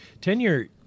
Tenure